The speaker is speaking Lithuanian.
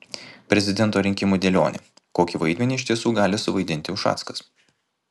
prezidento rinkimų dėlionė kokį vaidmenį iš tiesų gali suvaidinti ušackas